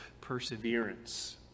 perseverance